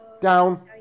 down